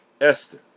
Esther